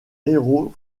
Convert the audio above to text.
héros